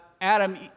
Adam